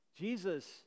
Jesus